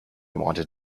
wanted